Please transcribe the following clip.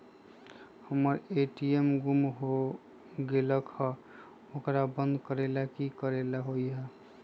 हमर ए.टी.एम गुम हो गेलक ह ओकरा बंद करेला कि कि करेला होई है?